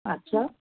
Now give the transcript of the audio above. আচ্ছা